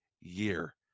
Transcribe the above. year